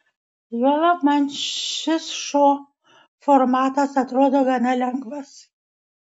juolab man šis šou formatas atrodo gana lengvas